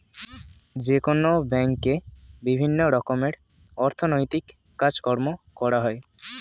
যেকোনো ব্যাঙ্কে বিভিন্ন রকমের অর্থনৈতিক কাজকর্ম করা হয়